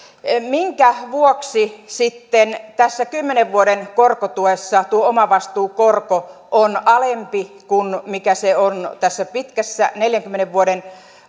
minkä vuoksi sitten tässä kymmenen vuoden korkotuessa omavastuukorko on alempi kuin mikä se on tässä pitkässä neljänkymmenen vuoden